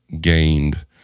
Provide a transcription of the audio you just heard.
gained